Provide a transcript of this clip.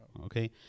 Okay